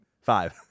Five